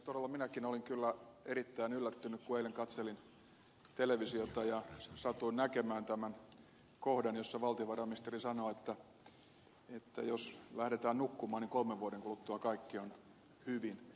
todella minäkin olin kyllä erittäin yllättynyt kun eilen katselin televisiota ja satuin näkemään tämän kohdan jossa valtiovarainministeri sanoi että jos lähdetään nukkumaan niin kolmen vuoden kuluttua kaikki on hyvin